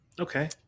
okay